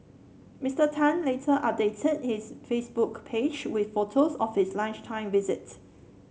Mister Tan later updated his Facebook page with photos of his lunchtime visit